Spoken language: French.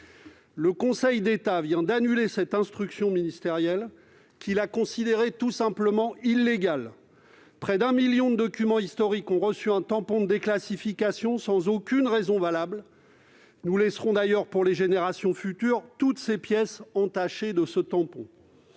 Le Conseil d'État vient d'annuler cette instruction, la considérant tout simplement comme illégale. Près d'un million de documents historiques ont reçu un tampon de déclassification sans aucune raison valable. Nous laisserons ainsi aux générations futures toutes ces pièces entachées de ce tampon